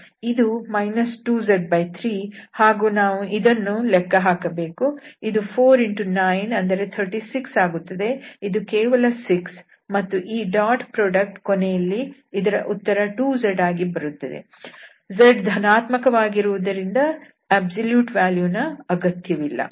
ಇದು 2z3 ಹಾಗೂ ನಾವು ಇದನ್ನು ಲೆಕ್ಕ ಹಾಕಬೇಕು ಇದು 49 ಅಂದರೆ 36 ಆಗುತ್ತದೆ ಇದು ಕೇವಲ 6 ಮತ್ತು ಈ ಡಾಟ್ ಉತ್ಪನ್ನ ಕೊನೆಯಲ್ಲಿ ಇದರ ಉತ್ತರ 2z ಆಗಿ ಬರುತ್ತದೆ z ಧನಾತ್ಮಕವಾಗಿರುವುದರಿಂದ ಸಂಪೂರ್ಣ ಮೌಲ್ಯ ದ ಅಗತ್ಯವಿಲ್ಲ